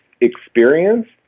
experience